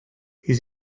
his